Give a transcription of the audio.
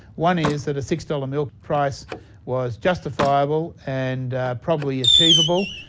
one is that a six dollars milk price was justifiable and probably achievable,